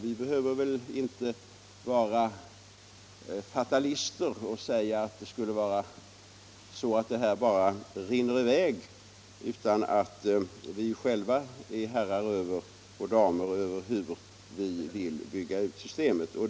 Vi behöver väl inte vara fatalister och säga att det bara driver i väg mot det tillstånd fru Anér syftar på, utan vi är själva herrar — och damer — över hur vi skall bygga ut systemet.